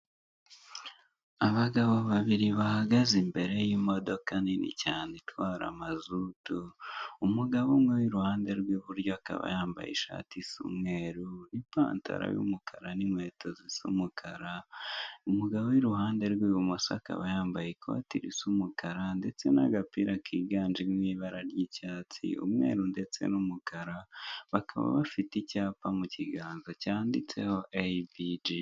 Abagabo babiri bahagaze imbere y'imodoka nini cyane itwara amazutu, umugabo umwe iruhande rw'iburyo akaba yambaye ishati isa umweru n'ipantaro y'umukara n'inkweto zisa umukara, umugabo w'i ruhande rw'ibumoso akaba yambaye ikoti risa umukara ndetse n'agapira kiganje mo ibara ry'icyatsi, umweru ndetse n'umukara, bakaba bafite icyapa mu kiganza cyanditseho eyibiji.